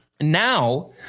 Now